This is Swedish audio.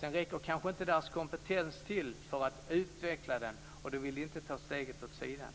Deras kompetens räcker kanske inte till för att utveckla företaget, men då vill de inte ta steget åt sidan.